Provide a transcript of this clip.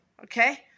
Okay